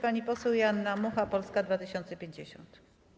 Pani poseł Joanna Mucha, Polska 2050.